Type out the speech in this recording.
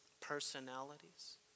personalities